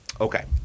Okay